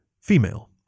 Female